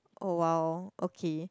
oh wow okay